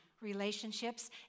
relationships